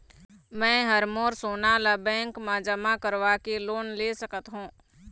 मैं हर मोर सोना ला बैंक म जमा करवाके लोन ले सकत हो?